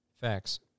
Facts